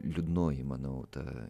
liūdnoji manau ta